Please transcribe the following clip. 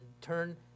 turn